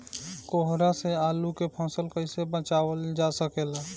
कोहरा से आलू के फसल कईसे बचावल जा सकेला?